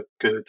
good